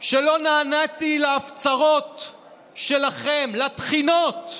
שלא נעניתי להפצרות שלכם, לתחינות,